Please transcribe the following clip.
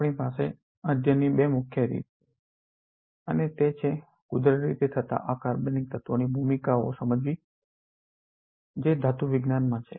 આપણી પાસે અધ્યયનની બે મુખ્ય રીત છે અને તે છે કુદરતી રીતે થતા અકાર્બનિક તત્વોની ભૂમિકાઓ સમજવી જે ધાતુ જીવવિજ્ઞાન માં છે